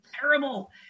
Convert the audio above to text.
terrible